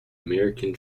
american